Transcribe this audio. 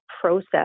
process